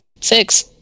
six